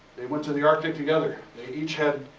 they went to the arctic together. they each had,